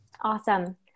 Awesome